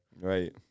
Right